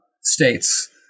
states